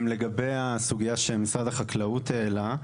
לגבי הסוגיה שמשרד החקלאות העלה.